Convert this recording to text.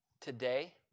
today